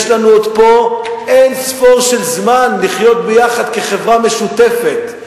יש לנו פה עוד זמן אין-סופי לחיות ביחד כחברה משותפת.